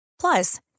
Plus